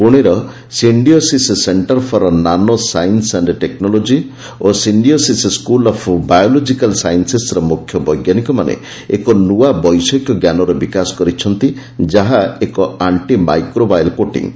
ପୁଣେର Symbiosis centre for nano science and technology ଓ Symbiosis school of biological ସାଇନ୍ସେସ୍ର ମୁଖ୍ୟ ବୈଜ୍ଞାନିକମାନେ ଏକ ନ୍ତଆ ବୈଷୟିକ ଜ୍ଞାନର ବିକାଶ କରିଛନ୍ତି ଯାହା ଏକ ଆର୍ଷ୍ଟି ମାଇକ୍ରୋବାୟଲ୍ କୋଟିଙ୍ଗ୍